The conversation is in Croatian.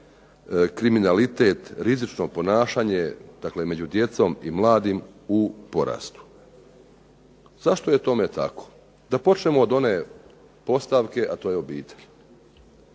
kriminalitet, rizično ponašanje među djecom i mladim u porastu. Zašto je tome tako? Da počnemo od one postavke, a to je obitelj.